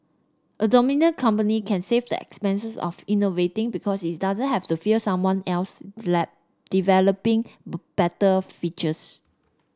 a dominant company can save the expense of innovating because it doesn't have to fear someone else developing better features